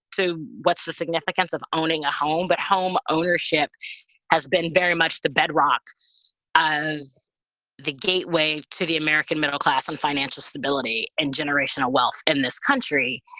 too. what's the significance of owning a home? but home ownership has been very much the bedrock as the gateway to the american middle class and financial stability and generational wealth in this country.